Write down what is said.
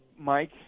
mike